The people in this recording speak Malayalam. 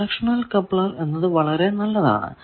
ഡയറക്ഷണൽ കപ്ലർ എന്നത് വളരെ നല്ലതാണു